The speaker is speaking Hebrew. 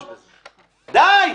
די.